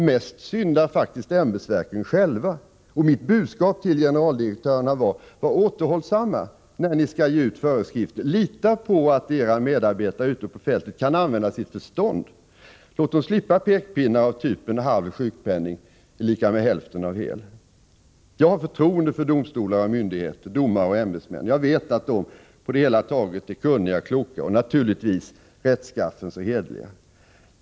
Mest syndar faktiskt ämbetsverken själva, och mitt budskap till generaldirektörerna var: Var återhållsamma när ni skall ge ut föreskrifter, lita på att era medarbetare ute på fältet kan använda sitt förstånd, låt dem slippa pekpinnar av typen ”halv sjukpenning är lika med hälften av hel”. Jag har förtroende för domstolar och myndigheter, domare och ämbetsmän. Jag vet att de på det hela taget är kunniga, kloka och naturligtvis rättskaffens och hederliga.